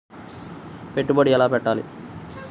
పెట్టుబడి ఎలా పెట్టాలి?